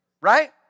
Right